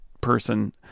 person